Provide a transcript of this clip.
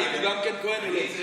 האם גם הוא כהן או לא?